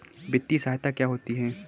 वित्तीय सहायता क्या होती है?